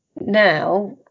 now